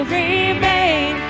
remain